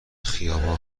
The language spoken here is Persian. خیابان